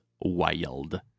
wild